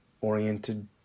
oriented